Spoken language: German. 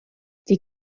die